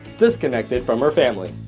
disconnected from her family.